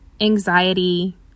anxiety